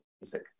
music